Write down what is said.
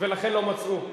ולכן לא מצאו.